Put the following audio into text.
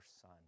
son